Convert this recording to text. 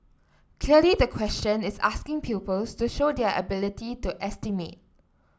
clearly the question is asking pupils to show their ability to estimate